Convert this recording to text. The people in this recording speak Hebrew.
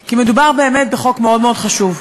כי מדובר באמת בחוק מאוד מאוד חשוב.